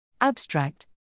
Abstract